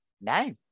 no